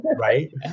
right